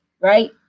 right